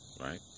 Right